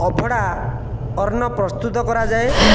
ଅଭଡ଼ା ଅନ୍ନ ପ୍ରସ୍ତୁତ କରାଯାଏ